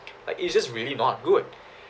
like it's just really not good